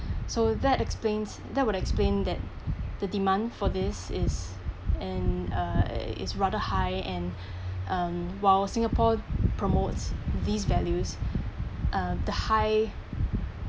so that explains that would explain that the demand for this is and uh is rather high and um while singapore promotes these values um the high